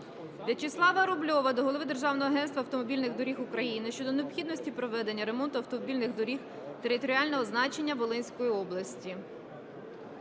Вячеслава Рубльова до голови Державного агентства автомобільних доріг України щодо необхідності проведення ремонту автомобільних доріг територіального значення Волинської області.